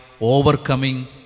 overcoming